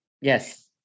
yes